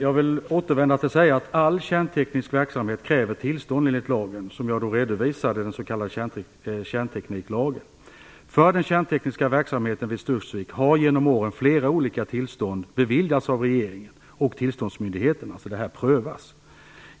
Fru talman! All kärnteknisk verksamhet kräver tillstånd enligt kärntekniklagen, som jag redovisade. För den kärntekniska verksamheten vid Studsvik har genom åren flera olika tillstånd beviljats av regeringen och tillståndsmyndigheterna. Det här prövas alltså.